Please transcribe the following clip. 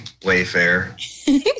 Wayfair